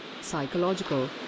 psychological